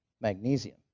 magnesium